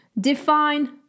define